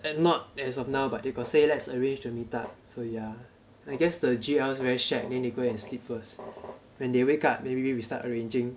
and not as of now but they got say let's arrange to meet up so yeah I guess the G_Ls very shag then they go and sleep first when they wake up maybe we start arranging